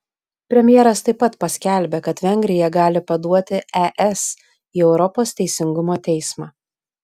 premjeras taip pat paskelbė kad vengrija gali paduoti es į europos teisingumo teismą